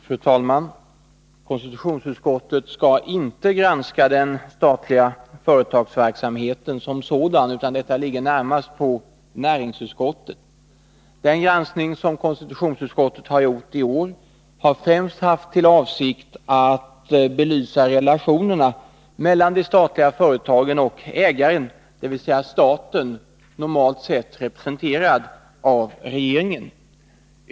Fru talman! Konstitutionsutskottet skall inte granska den statliga företagsverksamheten som sådan, utan detta ligger närmast på näringsutskottet. Den granskning som konstitutionsutskottet har gjort i år har främst haft till avsikt att belysa relationerna mellan de statliga företagen och ägaren, dvs. staten, normalt representerad av regeringen.